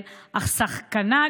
את ביתן בארץ ישראל, אך סכנה גדולה